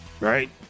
right